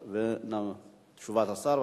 מהשב"כ,